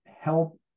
help